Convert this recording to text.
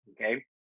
okay